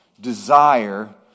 desire